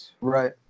right